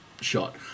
shot